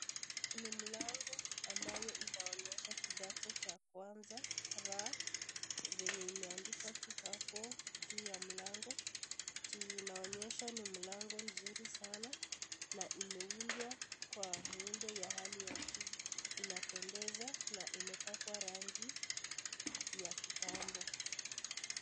Ni mlango ambayo inaonyesha kidato cha kwanza ra, venye imeandikwa tu hapo juu ya mlango. Tunaonyeshwa ni mlango nzuri sana na imeundwa kwa muundo ya hali ya juu. Inapendeza na imepakwa rangi ya kitambo.